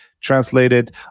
Translated